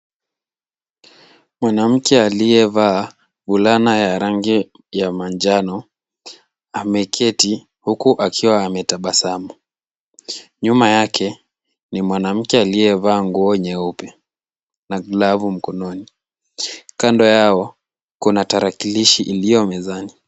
Mwanamke aliyevaa fulana ya rangi ya manjano ameketi huku akiwa ametabasamu. Nyuma yake, ni mwanamke aliyevaa nguo nyeupe na glavu mkononi. Kando yao, kuna tarakilishi iliyo mezani.